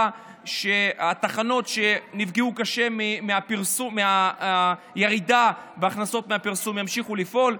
ושהתחנות שנפגעו קשה מהירידה בהכנסות מפרסום ימשיכו לפעול.